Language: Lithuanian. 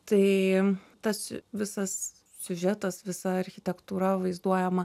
tai tas visas siužetas visa architektūra vaizduojama